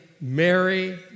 Mary